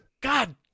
God